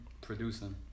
Producing